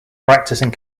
practicing